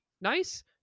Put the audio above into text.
nice